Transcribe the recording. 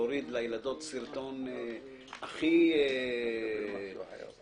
להוריד לילדות סרטון הכי תמים,